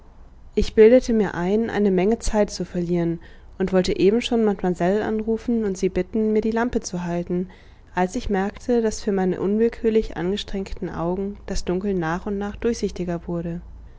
ich bildete mir ein eine menge zeit zu verlieren und wollte eben schon mademoiselle anrufen und sie bitten mir die lampe zu halten als ich merkte daß für meine unwillkürlich angestrengten augen das dunkel nach und nach durchsichtiger wurde